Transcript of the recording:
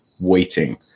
waiting